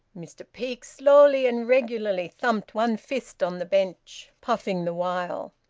mr peake slowly and regularly thumped one fist on the bench, puffing the while.